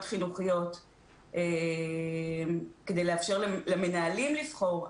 חינוכיות כדי לאפשר למנהלים לבחור,